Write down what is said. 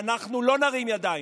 ואנחנו לא נרים ידיים,